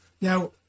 Now